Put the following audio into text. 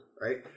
Right